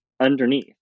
underneath